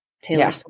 Taylor